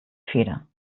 feder